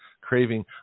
craving